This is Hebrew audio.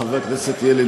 חבר הכנסת ילין,